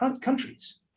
countries